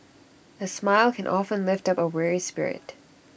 A smile can often lift up A weary spirit